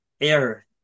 air